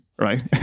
Right